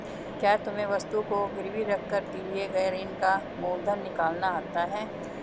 क्या तुम्हें वस्तु को गिरवी रख कर लिए गए ऋण का मूलधन निकालना आता है?